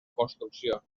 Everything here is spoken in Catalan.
construcció